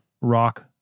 rock